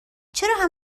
چرا